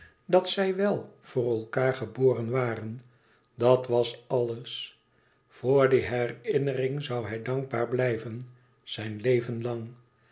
dat zij wèl voor elkaâr geboren waren dat was alles voor die herinnering zoû hij dankbaar blijven zijn leven lang